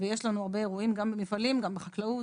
יש לנו הרבה אירועים גם במפעלים וגם בחקלאות.